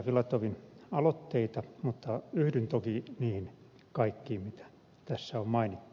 filatovin aloitteita mutta yhdyn toki niihin kaikkiin mitä tässä on mainittu